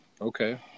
Okay